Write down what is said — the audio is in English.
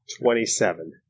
twenty-seven